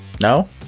No